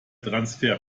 transfer